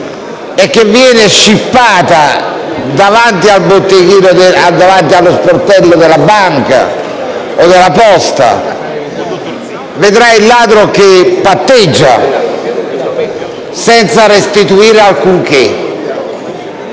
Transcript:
e che viene scippata davanti allo sportello della banca o dell'ufficio postale vedrà poi il ladro patteggiare e non restituire alcunché?